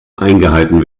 eingehalten